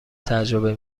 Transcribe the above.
تجربه